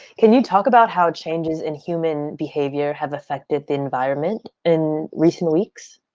can you talk about how changes in human behavior have affected the environment in recent weeks?